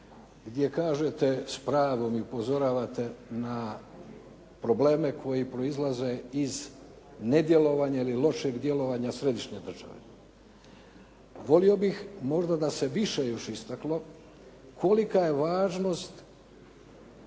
gdje kažete s pravom i upozoravate na probleme koji proizlaze iz nedjelovanja ili lošeg djelovanja središnje države. Volio bih možda da se više još istaklo kolika je važnost